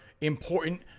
important